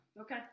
Okay